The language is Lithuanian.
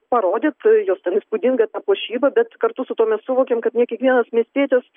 parodyt jos ten įspūdingą puošybą bet kartu su tuo mes suvokiam kad ne kiekvienas miestietis